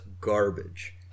garbage